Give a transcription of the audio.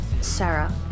Sarah